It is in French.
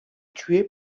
tués